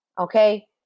Okay